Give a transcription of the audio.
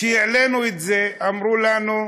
כשהעלינו את זה, אמרו לנו: